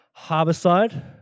Harborside